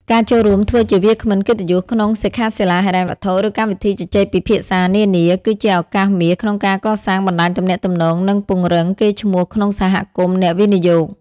ការចូលរួមធ្វើជាវាគ្មិនកិត្តិយសក្នុងសិក្ខាសាលាហិរញ្ញវត្ថុ ឬកម្មវិធីជជែកពិភាក្សានានា គឺជាឱកាសមាសក្នុងការកសាងបណ្ដាញទំនាក់ទំនង និងពង្រឹងកេរ្តិ៍ឈ្មោះក្នុងសហគមន៍អ្នកវិនិយោគ។